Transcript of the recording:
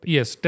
Yes